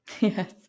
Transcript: Yes